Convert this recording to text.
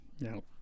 No